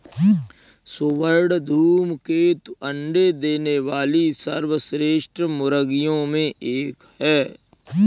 स्वर्ण धूमकेतु अंडे देने वाली सर्वश्रेष्ठ मुर्गियों में एक है